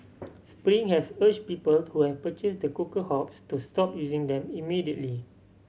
spring has urged people who have purchased the cooker hobs to stop using them immediately